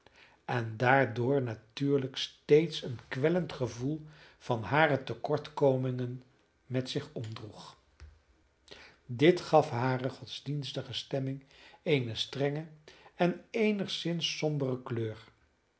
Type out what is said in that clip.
en daardoor natuurlijk steeds een kwellend gevoel van hare tekortkomingen met zich omdroeg dit gaf hare godsdienstige stemming eene strenge en eenigszins sombere kleur